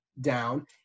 down